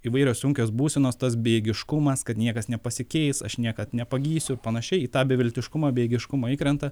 įvairios sunkios būsenos tas bejėgiškumas kad niekas nepasikeis aš niekad nepagysiu panašiai į tą beviltiškumą bejėgiškumą įkrenta